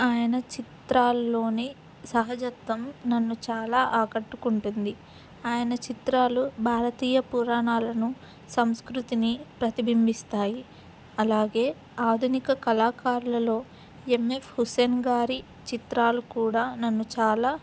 ఆయన చిత్రాల్లోని సహజత్వం నన్ను చాలా ఆకట్టుకుంటుంది ఆయన చిత్రాలు భారతీయ పురాణాలను సంస్కృతిని ప్రతిబింబిస్తాయి అలాగే ఆధునిక కళాకారులలో ఎం ఎఫ్ హుసేన్ గారి చిత్రాలు కూడా నన్ను చాలా